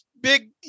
big